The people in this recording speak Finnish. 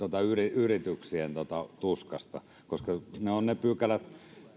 yrityksien tuskasta koska ne ovat ne pykälät